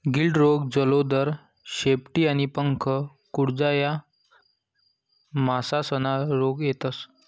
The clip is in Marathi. गिल्ड रोग, जलोदर, शेपटी आणि पंख कुजा या मासासना रोग शेतस